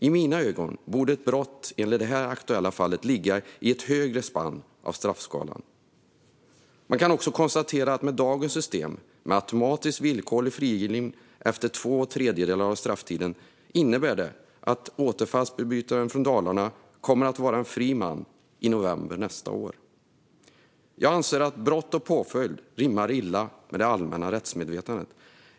I mina ögon borde ett brott som i detta aktuella fall ligga i ett högre spann av straffskalan. Man kan också konstatera att dagens system med automatisk villkorlig frigivning efter två tredjedelar av strafftiden innebär att återfallsförbrytaren från Dalarna kommer att vara en fri man i november nästa år. Jag anser att brott och påföljd rimmar illa med det allmänna rättsmedvetandet.